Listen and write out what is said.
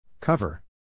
Cover